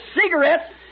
cigarettes